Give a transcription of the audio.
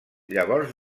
llavors